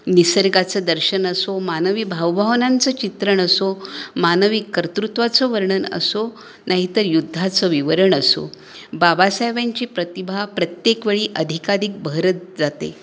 निसर्गाचं दर्शन असो मानवी भावभावनांचं चित्रण असो मानवी कर्तृत्वाचं वर्णन असो नाही तर युद्धाचं विवरण असो बाबासाहेबांची प्रतिभा प्रत्येक वेळी अधिकाधिक बहरत जाते